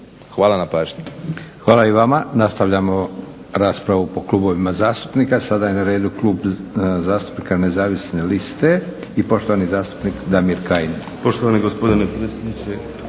Hvala na pažnji.